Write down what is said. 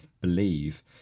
believe